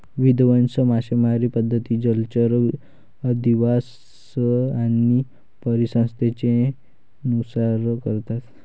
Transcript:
विध्वंसक मासेमारी पद्धती जलचर अधिवास आणि परिसंस्थेचे नुकसान करतात